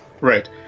Right